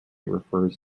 refers